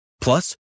Plus